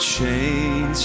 Chains